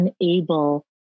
unable